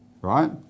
right